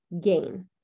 gain